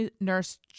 nurse